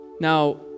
Now